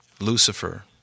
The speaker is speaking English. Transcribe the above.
Lucifer